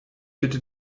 bitte